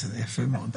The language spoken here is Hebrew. בסדר, יפה מאוד.